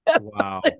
Wow